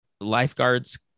lifeguards